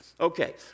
Okay